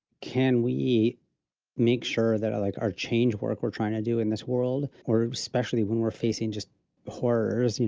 can we make sure that our like our change work, or trying to do in this world, or especially when we're facing just horrors, you